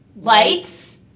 Lights